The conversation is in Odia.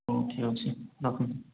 ହଉ ଠିକ୍ ଅଛି ରଖୁଛି